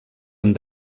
amb